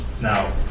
Now